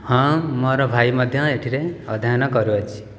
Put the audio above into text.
ହଁ ମୋର ଭାଇ ମଧ୍ୟ ଏଥିରେ ଅଧ୍ୟୟନ କରୁଅଛି